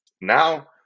Now